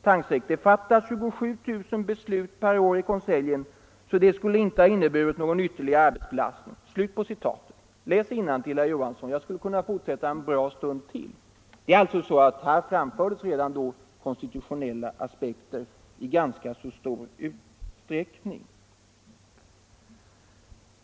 — det fattas 27 000 beslut per år i konseljen, så det skulle inte ha inneburit någon ytterligare arbetsbelastning.” — Jag skulle kunna fortsätta att citera en bra stund till. Här framfördes alltså redan då konstitutionella aspekter i ganska stor utsträckning.